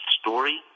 story